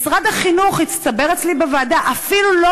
משרד החינוך, הסתבר אצלי בוועדה, אפילו לא